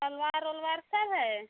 तलवार उलवार सब है